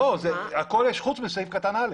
לא, הכול יש חוץ מסעיף קטן (א).